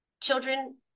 children